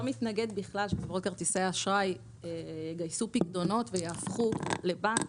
לא מתנגד בכלל שחברות כרטיסי האשראי יגייסו פיקדונות ויהפכו לבנק,